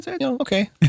okay